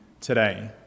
today